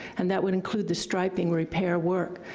and that would include the striping repair work.